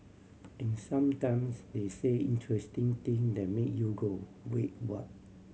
and sometimes they say interesting thing that make you go wait what